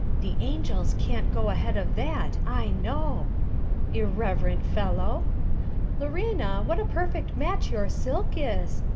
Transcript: the angels can't go ahead of that, i know irreverent fellow lorena, what a perfect match your silk is!